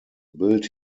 built